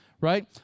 Right